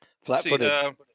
Flat-footed